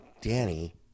Danny